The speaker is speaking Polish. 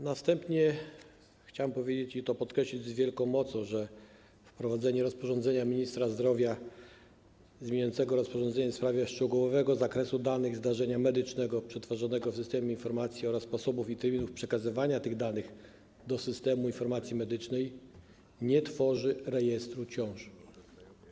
Na wstępie chciałem powiedzieć, i podkreślić to z wielką mocą, że wprowadzenie rozporządzenia ministra zdrowia zmieniającego rozporządzenie w sprawie szczegółowego zakresu danych zdarzenia medycznego przetwarzanego w systemie informacji oraz sposobu i terminów przekazywania tych danych do Systemu Informacji Medycznej nie tworzy rejestru ciąż.